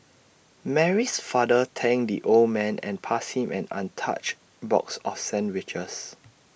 Mary's father thanked the old man and passed him an untouched box of sandwiches